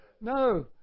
No